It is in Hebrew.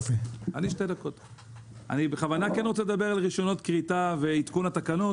אני בכוונה רוצה לדבר על רישיונות כריתה ועדכון התקנות